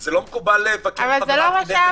אבל זה לא מה שאמרתי.